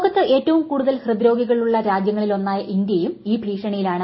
ലോകൃത്ത് ഏറ്റവും കൂടുതൽ ഹൃദ്രോഗികളുള്ള രാജ്യങ്ങളിലൊന്നായി ഇന്ത്യയും ഈ ഭീഷണിയിലാണ്